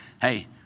hey